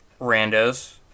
randos